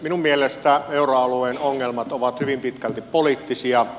minun mielestäni euroalueen ongelmat ovat hyvin pitkälti poliittisia